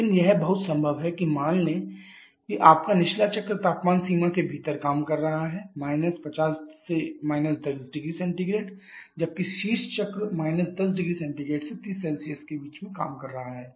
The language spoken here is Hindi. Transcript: लेकिन यह बहुत संभव है कि मान लें कि आपका निचला चक्र तापमान सीमा के भीतर काम कर रहा है 50 से 100C जबकि शीर्ष चक्र 100C से 30 सेल्सियस पर काम कर रहा है